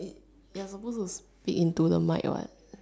wait you're supposed to speak into the mic what